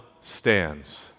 stands